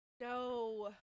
No